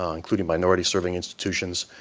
um including minority-serving institutions,